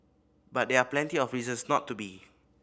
but there are plenty of reasons not to be